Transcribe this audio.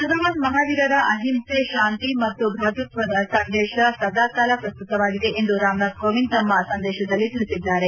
ಭಗವಾನ್ ಮಹಾವೀರರ ಅಹಿಂಸೆ ಶಾಂತಿ ಮತ್ತು ಭಾತೃತ್ವದ ಸಂದೇಶ ಸದಾಕಾಲ ಪ್ರಸ್ತುತವಾಗಿದೆ ಎಂದು ರಾಮನಾಥ್ ಕೋವಿಂದ್ ತಮ್ಮ ಸಂದೇಶದಲ್ಲಿ ತಿಳಿಸಿದ್ದಾರೆ